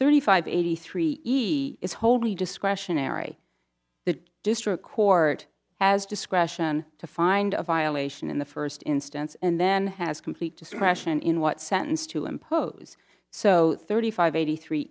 thirty five eighty three he is wholly discretionary the district court has discretion to find a violation in the first instance and then has complete discretion in what sentence to impose so thirty five eighty three